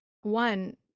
one